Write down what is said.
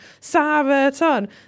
sabaton